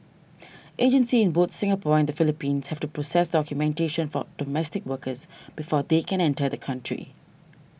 agencies in both Singapore and the Philippines have to process documentation for domestic workers before they can enter the country